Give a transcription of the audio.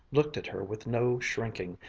looked at her with no shrinking,